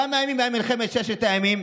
כמה ימים הייתה מלחמת ששת הימים?